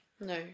No